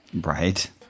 Right